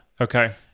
Okay